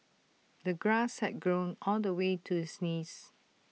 the grass had grown all the way to his knees